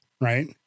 right